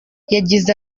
yagize